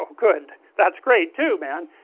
ah good that's great too man,